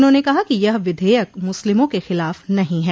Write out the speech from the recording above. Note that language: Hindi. उन्होंने कहा कि यह विधेयक मुस्लिमों के खिलाफ नहीं है